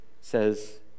says